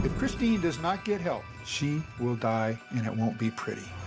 cristine does not get help, she will die, and it won't be pretty.